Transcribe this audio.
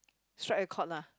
strike a court lah